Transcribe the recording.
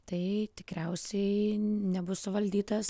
tai tikriausiai nebus suvaldytas